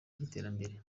by’iterambere